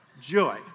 Joy